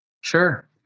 Sure